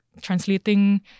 Translating